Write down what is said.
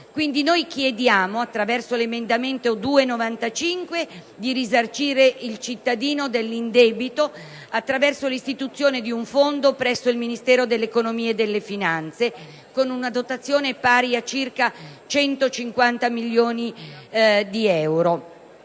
Chiediamo quindi, attraverso l'emendamento 2.95, di risarcire il cittadino dell'indebito, attraverso l'istituzione di un Fondo presso il Ministero dell'economia e delle finanze con una dotazione pari a circa 150 milioni di euro.